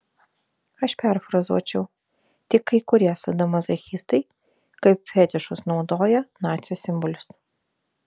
aš perfrazuočiau tik kai kurie sadomazochistai kaip fetišus naudoja nacių simbolius